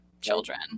children